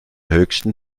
höchsten